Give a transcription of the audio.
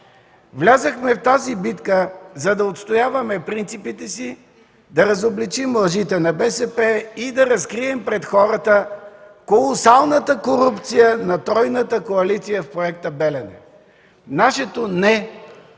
Влязохме в тази битка, за да отстояваме принципите си, да разобличим лъжите на БСП и да разкрием пред хората колосалната корупция на тройната коалиция в Проекта „Белене”. Нашето „не”